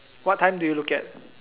what time do you look at